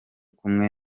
kumwe